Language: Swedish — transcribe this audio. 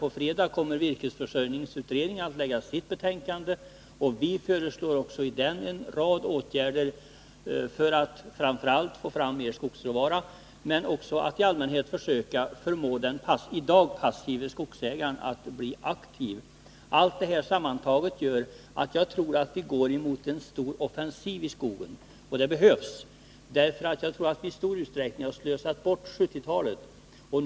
På fredag kommer virkesförsörjningsutredningen att lägga fram sitt betänkande, och vi föreslår i den en rad åtgärder för att framför allt få fram mer skogsråvara men också för att i allmänhet försöka förmå den i dag passive skogsägaren att bli aktiv. Allt detta sammantaget gör att jag tror att vi går mot en stor offensiv i skogen. Och det behövs — jag tror att vi i stor utsträckning har slösat bort 1970-talet.